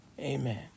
amen